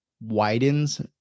widens